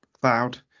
cloud